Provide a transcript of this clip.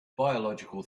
biological